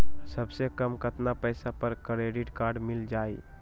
सबसे कम कतना पैसा पर क्रेडिट काड मिल जाई?